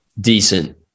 decent